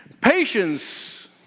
Patience